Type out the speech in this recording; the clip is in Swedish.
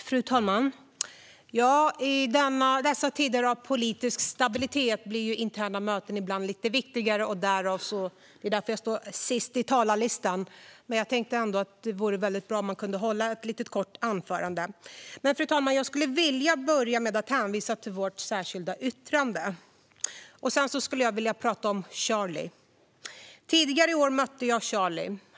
Fru talman! I dessa tider av politisk stabilitet blir interna möten ibland lite viktigare. Därför står jag sist på talarlistan i detta ärende. Jag tänkte ändå att det skulle vara bra att få hålla ett kort anförande. Jag vill börja med att hänvisa till vårt särskilda yttrande. Sedan skulle jag vilja prata om Charlie. Tidigare i år mötte jag Charlie.